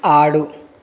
ఆడు